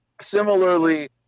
similarly